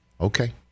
Okay